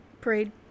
Parade